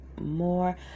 more